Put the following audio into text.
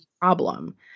problem